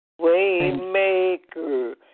Waymaker